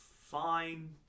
fine